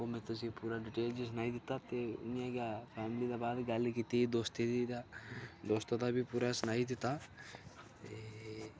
ते ओह् मतलब पूरा डिटेल च सनाई दित्ता ते फैमिली दे बाद गल्ल कीती दोस्तें दी ते दोस्तें दा बी पूरा सनाई दित्ता ते